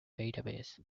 database